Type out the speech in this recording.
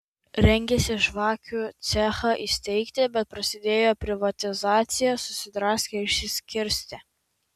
rengėsi žvakių cechą įsteigti bet prasidėjo privatizacija susidraskė išsiskirstė